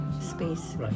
space